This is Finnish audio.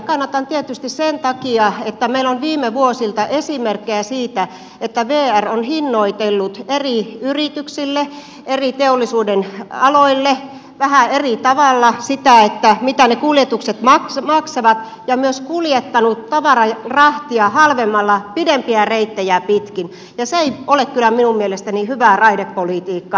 kannatan tietysti sen takia että meillä on viime vuosilta esimerkkejä siitä että vr on hinnoitellut eri yrityksille eri teollisuudenaloille vähän eri tavalla sitä mitä ne kuljetukset maksavat ja myös kuljettanut rahtia halvemmalla pidempiä reittejä pitkin ja se ei ole kyllä minun mielestäni hyvää raidepolitiikkaa